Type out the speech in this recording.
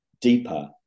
deeper